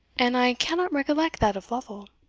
and i cannot recollect that of lovel.